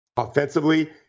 Offensively